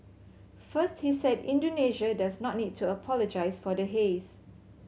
first he said Indonesia does not need to apologise for the haze